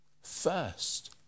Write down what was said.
First